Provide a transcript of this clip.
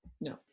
no